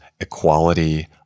equality